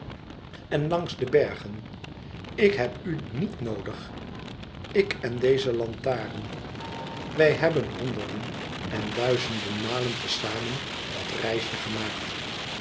en langs de bergen ik heb u niet noodig ik en deze lantaren wij hebben honderden en duizenden malen te zamen dat reisje gemaakt